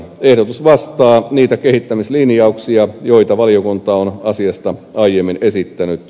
ehdotus vastaa niitä kehittämislinjauksia joita valiokunta on asiasta aiemmin esittänyt